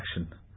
action